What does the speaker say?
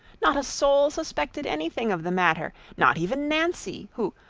not a soul suspected anything of the matter, not even nancy, who,